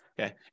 okay